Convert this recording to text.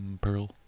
Pearl